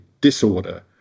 disorder